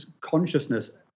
consciousness